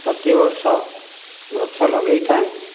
ପ୍ରତିବର୍ଷ ଗଛ ଲଗାଇ ଥାଏ